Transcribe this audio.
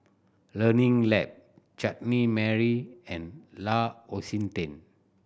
Learning Lab Chutney Mary and L'Occitane